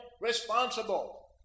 responsible